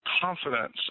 confidence